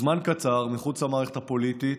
בזמן קצר, מחוץ למערכת הפוליטית,